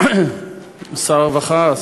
שר הרווחה,